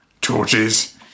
torches